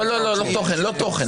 לא תוכן.